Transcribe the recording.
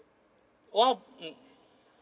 w~ mm